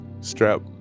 Strap